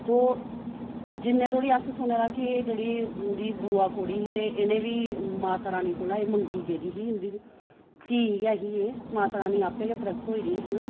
ते जिन्ने धोड़ी असें सुने दा कि जेह्ड़ी इं'दी बूआ कौड़ी ही ते इ'नें बी एह् माता रानी कोला मंगी गेदी ही धीऽ गै ऐ ही एह् माता रानी आपूं गै प्रगट होई दियां हियां